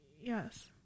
Yes